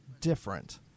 different